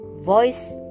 voice